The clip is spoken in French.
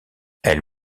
elle